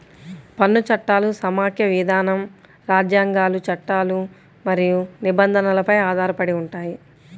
పన్ను చట్టాలు సమాఖ్య విధానం, రాజ్యాంగాలు, చట్టాలు మరియు నిబంధనలపై ఆధారపడి ఉంటాయి